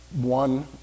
one